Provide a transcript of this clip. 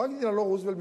פרנקלין דלאנו רוזוולט,